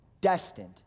destined